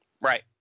Right